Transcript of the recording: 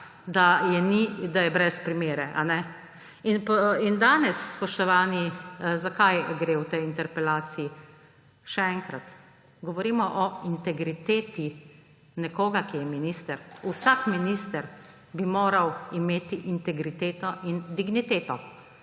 aroganca, da je brez primere. In danes, spoštovani, za kaj gre v tej interpelaciji? Še enkrat, govorimo o integriteti nekoga, ki je minister. Vsak minister bi moral imeti integriteto in digniteto.